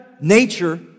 nature